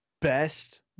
best